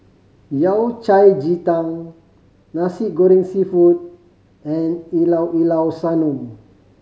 Yao Cai ji tang Nasi Goreng Seafood and Llao Llao Sanum